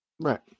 Right